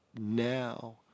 now